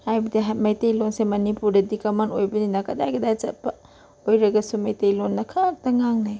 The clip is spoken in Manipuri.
ꯍꯥꯏꯕꯗꯤ ꯃꯩꯇꯩꯂꯣꯟꯁꯦ ꯃꯅꯤꯄꯨꯔꯗꯗꯤ ꯀꯃꯟ ꯑꯣꯏꯕꯅꯤꯅ ꯀꯗꯥꯏ ꯀꯗꯥꯏ ꯆꯠꯄ ꯑꯣꯏꯔꯒꯁꯨ ꯃꯩꯇꯩꯂꯣꯟꯅ ꯈꯛꯇ ꯉꯥꯡꯅꯩ